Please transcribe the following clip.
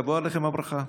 תבוא עליכם הברכה.